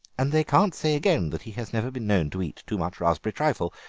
and they can't say again that he has never been known to eat too much raspberry trifle.